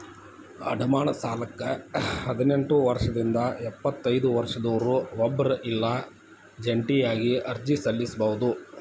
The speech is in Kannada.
ಅಡಮಾನ ಸಾಲಕ್ಕ ಹದಿನೆಂಟ್ ವರ್ಷದಿಂದ ಎಪ್ಪತೈದ ವರ್ಷದೊರ ಒಬ್ರ ಇಲ್ಲಾ ಜಂಟಿಯಾಗಿ ಅರ್ಜಿ ಸಲ್ಲಸಬೋದು